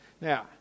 Now